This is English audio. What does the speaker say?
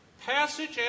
Passage